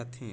रथें